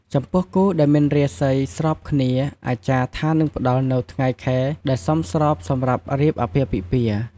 ចំពោះគូដែលមានរាសីស្របគ្នា អាចារ្យថានឹងផ្ដល់នូវថ្ងៃខែដែលសមស្របសម្រាប់រៀបអាពាហ៍ពិពាហ៍។